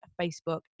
Facebook